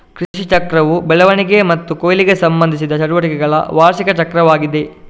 ಕೃಷಿಚಕ್ರವು ಬೆಳವಣಿಗೆ ಮತ್ತು ಕೊಯ್ಲಿಗೆ ಸಂಬಂಧಿಸಿದ ಚಟುವಟಿಕೆಗಳ ವಾರ್ಷಿಕ ಚಕ್ರವಾಗಿದೆ